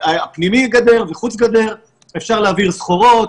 הפנימי של הגדר וגם חוץ גדר, אפשר להעביר סחורות,